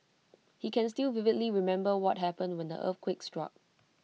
he can still vividly remember what happened when the earthquake struck